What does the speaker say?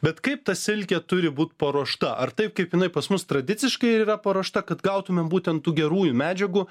bet kaip ta silkė turi būt paruošta ar taip kaip jinai pas mus tradiciškai ir yra paruošta kad gautumėm būtent tų gerųjų medžiagų